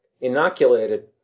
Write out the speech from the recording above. inoculated